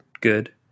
Good